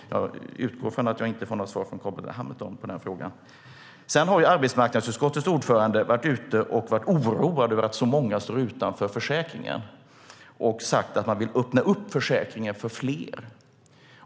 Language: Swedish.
Jag utgår från att jag inte får något svar från Carl B Hamilton på den frågan. Sedan har arbetsmarknadsutskottets ordförande varit oroad över att så många står utanför försäkringen och sagt att man vill öppna upp försäkringen för fler.